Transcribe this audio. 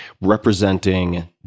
representing